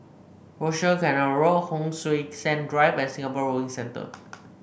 Rochor Canal Road Hon Sui Sen Drive and Singapore Rowing Centre